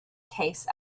case